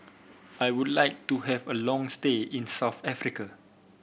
I would like to have a long stay in South Africa